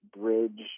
bridge